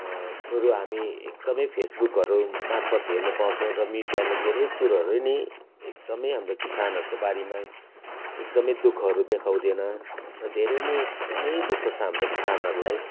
बरू हामी एकदमै फेसबुकहरू मार्फत् हेर्नु पाउँछौँ र मिडियाले धेरै कुरोहरू नै एकदमै हाम्रो किसानहरूको बारेमा एकदमै दुःखहरू देखाउँदैन र धेरै नै एकदमै दुःख छ हाम्रो किसानहरूलाई